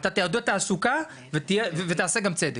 אתה תעודד תעסוקה ותעשה גם צדק.